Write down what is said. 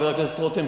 חבר הכנסת רותם,